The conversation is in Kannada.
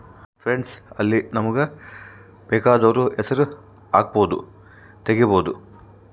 ಫಂಡ್ಸ್ ಅಲ್ಲಿ ನಮಗ ಬೆಕಾದೊರ್ ಹೆಸರು ಹಕ್ಬೊದು ತೆಗಿಬೊದು